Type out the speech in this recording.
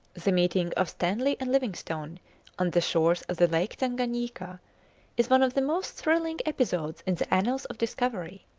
the meeting of stanley and livingstone on the shores of the lake tanganyika is one of the most thrilling episodes in the annals of discovery.